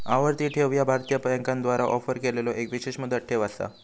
आवर्ती ठेव ह्या भारतीय बँकांद्वारा ऑफर केलेलो एक विशेष मुदत ठेव असा